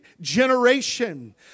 generation